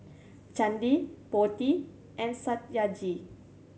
Chandi Potti and Satyajit